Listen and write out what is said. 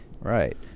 Right